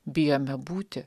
bijome būti